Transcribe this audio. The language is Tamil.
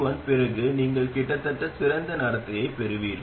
G1 பிறகு நீங்கள் கிட்டத்தட்ட சிறந்த நடத்தையைப் பெறுவீர்கள்